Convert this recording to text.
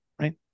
right